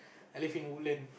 I live in Woodland